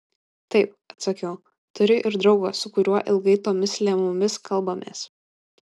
taip atsakiau turiu ir draugą su kuriuo ilgai tomis lemomis kalbamės